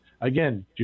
Again